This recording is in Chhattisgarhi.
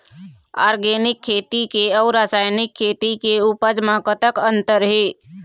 ऑर्गेनिक खेती के अउ रासायनिक खेती के उपज म कतक अंतर हे?